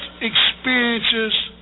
experiences